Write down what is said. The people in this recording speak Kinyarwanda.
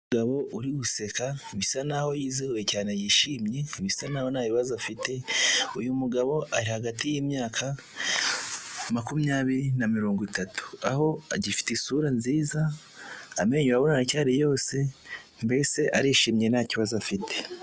Umugabo uri guseka, bisa naho yizihiwe cyane yishimye, bisa naho nta bibazo afite, uyu mugabo ari hagati y'imyaka makumyabiri na mirongo itatu, aho agifite isura nziza, amenyo urabona aracyari yose, mbese arishimye nta kibazo afite.